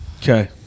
Okay